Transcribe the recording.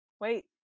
Wait